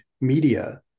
media